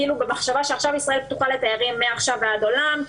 כאילו במחשבה שעכשיו ישראל פתוחה לתיירים מעכשיו ועד הולם,